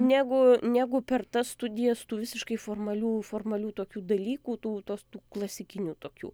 negu negu per tas studijas tų visiškai formalių formalių tokių dalykų tų tos tų klasikinių tokių